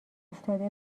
افتاده